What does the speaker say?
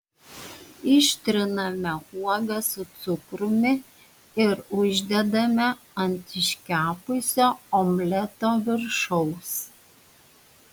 ištriname uogas su cukrumi ir uždedame ant iškepusio omleto viršaus